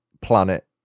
planet